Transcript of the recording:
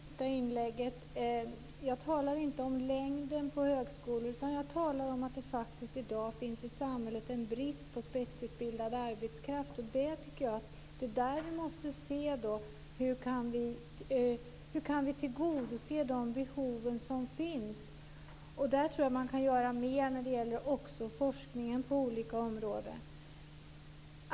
Fru talman! Jag uppskatter den sista delen av inlägget. Jag talar inte om längden på högskoleutbildningen, utan jag talar om att det i samhället i dag faktiskt finns en brist på spetsutbildad arbetskraft. Jag tycker att det är där som vi måste se efter hur vi kan tillgodose de behov som finns. I det avseendet tror jag att man kan göra mer också när det gäller forskningen på olika områden.